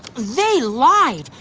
they lied.